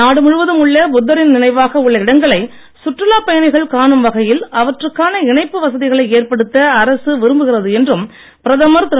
நாடு முழுவதும் உள்ள புத்தரின் நினைவாக உள்ள இடங்களை சுற்றுலா பயணிகள் காணும் வகையில் அவற்றுக்கான இணைப்பு வசதிகளை ஏற்படுத்த அரசு விரும்புகிறது என்றும் பிரதமர் திரு